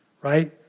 right